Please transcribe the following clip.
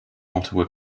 ottawa